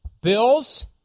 Bill's